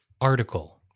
article